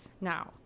Now